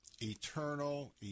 eternal